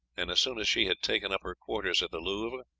and as soon as she had taken up her quarters at the louvre,